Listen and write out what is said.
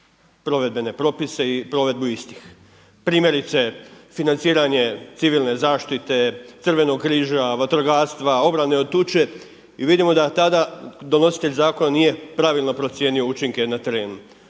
provedbene propise i provedbu istih. Primjerice, financiranje civilne zaštite, Crvenog križa, vatrogastva, obarane od tuče i vidimo da tada donositelj zakona nije pravilno procijenio učinke na terenu.